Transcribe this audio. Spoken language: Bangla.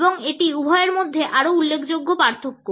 এবং এটি উভয়ের মধ্যে আরও উল্লেখযোগ্য পার্থক্য